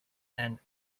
and